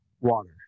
Water